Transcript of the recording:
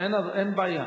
אין בעיה.